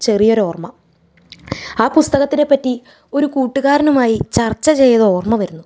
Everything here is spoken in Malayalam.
ചെറിയരോർമ്മ ആ പുസ്തകത്തിനെപ്പറ്റി ഒരു കൂട്ടുകാരനുമായി ചർച്ച ചെയ്തത് ഓർമ വരുന്നു